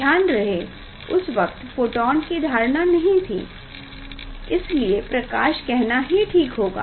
ध्यान रहे उस वक्त फोटोन की धारणा नहीं थी इसलिए प्रकाश कहना ही ठीक होगा